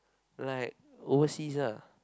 like overseas lah